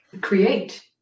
create